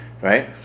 Right